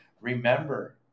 remember